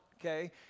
okay